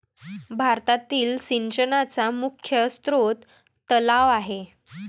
भारतातील सिंचनाचा मुख्य स्रोत तलाव आहे